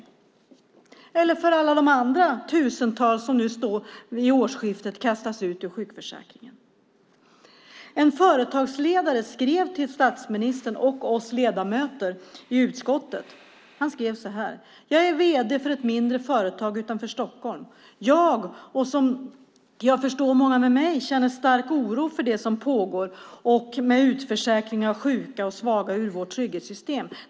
Vad betyder det för alla de andra tusentals som vid årsskiftet kastas ut ur sjukförsäkringen? En företagsledare skrev till statsministern och oss ledamöter i utskottet. Han skrev så här: Jag är vd för ett mindre företag utanför Stockholm. Jag, och som jag förstår många med mig, känner stark oro för det som pågår med utförsäkring av sjuka och svaga ur vårt trygghetssystem.